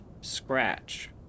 scratch